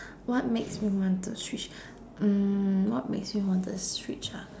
what makes me want to switch mm what makes me want to switch ah